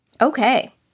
Okay